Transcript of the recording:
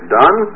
done